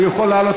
הוא יכול לעלות,